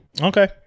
Okay